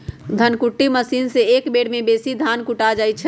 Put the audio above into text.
धन कुट्टी मशीन से एक बेर में बेशी धान कुटा जा हइ